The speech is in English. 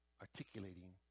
articulating